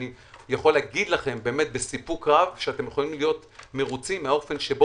אני יכול להגיד לכם בסיפוק רב שאתם יכולים להיות מרוצים מהאופן שבו